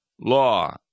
law